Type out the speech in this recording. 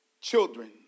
children